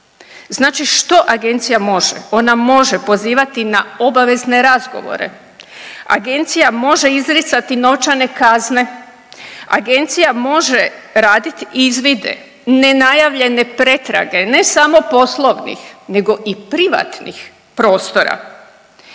Znači što agencija može? Ona može pozivati na obavezne razgovore, agencija može izricati novčane kazne, agencija može radit izvide, nenajavljene pretrage, ne samo poslovnih nego i privatnih prostora.